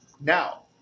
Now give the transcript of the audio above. Now